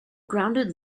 grounded